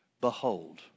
Behold